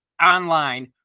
online